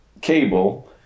cable